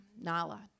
Nala